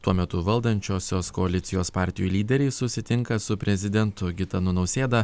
tuo metu valdančiosios koalicijos partijų lyderiai susitinka su prezidentu gitanu nausėda